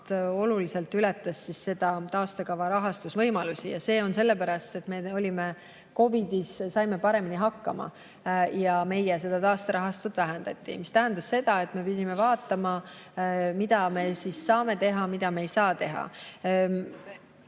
oluliselt ületas taastekava rahastusvõimalusi. Ja see on sellepärast, et me saime COVID-iga paremini hakkama ja meie taasterahastatust vähendati. See tähendas seda, et me pidime vaatama, mida me saame teha, mida me ei saa teha.